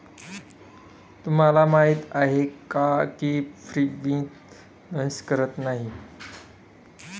तुम्हाला माहीत आहे का की फ्रीबीज दंश करत नाही